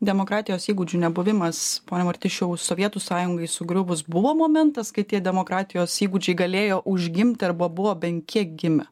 demokratijos įgūdžių nebuvimas ponia martišiau sovietų sąjungai sugriuvus buvo momentas kai tie demokratijos įgūdžiai galėjo užgimti arba buvo bent kiek gimę